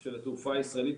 של התעופה הישראלית,